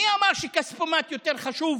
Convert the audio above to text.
מי אמר שכספומט יותר חשוב